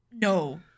No